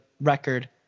record